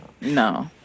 No